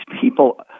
people